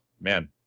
man